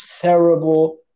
terrible